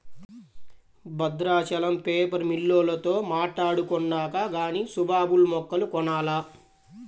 Bhadrachalam paper మిల్లోల్లతో మాట్టాడుకొన్నాక గానీ సుబాబుల్ మొక్కలు కొనాల